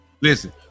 listen